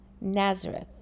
Nazareth